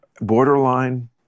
borderline